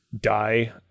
die